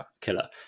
killer